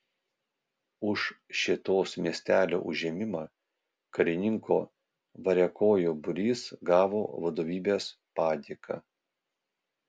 už šėtos miestelio užėmimą karininko variakojo būrys gavo vadovybės padėką